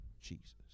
Jesus